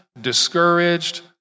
discouraged